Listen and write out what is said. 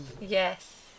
yes